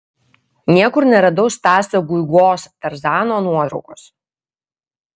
niekur neradau stasio guigos tarzano nuotraukos